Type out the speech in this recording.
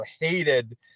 hated –